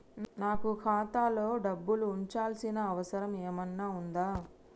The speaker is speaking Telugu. నాకు ఖాతాలో డబ్బులు ఉంచాల్సిన అవసరం ఏమన్నా ఉందా?